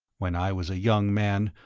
when i was a young man,